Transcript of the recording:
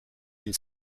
une